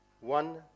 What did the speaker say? one